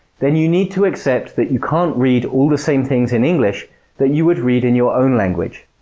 then you need to accept that you can't read all the same things in english that you would read in your own language.